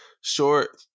short